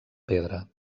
pedra